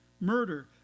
murder